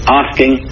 asking